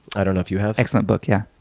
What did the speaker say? i don't know if you have. excellent book, yeah.